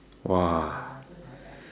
!wah!